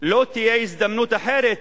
לא תהיה הזדמנות אחרת